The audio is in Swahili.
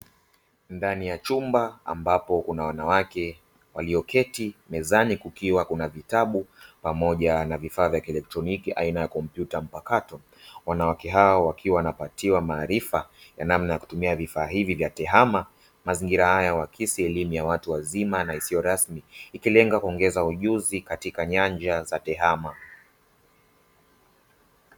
Ndani ya chumba ambapo kuna wanawake walioketi mezani kukiwa na vitabu pamoja na vifaa vya kielektroniki aina ya kompyuta mpakato. Wanawake hawa wakiwa wanapatiwa maarifa ya namna ya kutumia vifaa hivi vya TEHAMA. Mazingira haya uhakisi elimu ya watu wazima isiyo rasmi, ikilenga kuongeza ujuzi katika nyanja za TEHAMA.